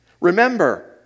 Remember